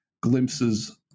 glimpses